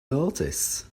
notice